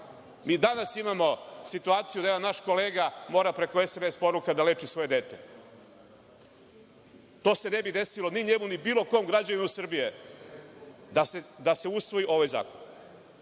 Mi danas imamo situaciju da jedan naš kolega mora preko SMS poruka da leči svoje dete. To se ne bi desilo ni njemu, ni bilo kom građaninu Srbije da se usvoji ovaj zakon,